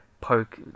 poke